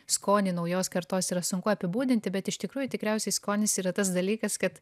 skonį naujos kartos yra sunku apibūdinti bet iš tikrųjų tikriausiai skonis yra tas dalykas kad